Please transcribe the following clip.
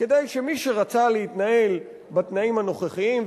כדי שמי שרצה להתנהל בתנאים הנוכחיים,